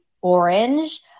orange